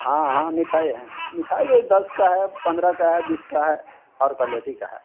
हाँ हाँ मिठाई हैं मिठाई ये दस का है पन्द्रह का है बीस का है हर क्वालेटी का है